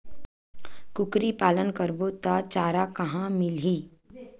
कुकरी पालन करबो त चारा कहां मिलही?